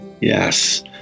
Yes